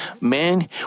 Man